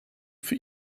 für